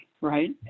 right